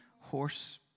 horse